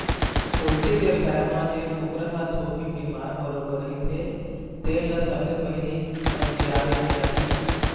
poultry बेवसाय म जेन कुकरा ह थोकिन बिमार बरोबर रहिथे तेन ल सबले पहिली अलगिया देना चाही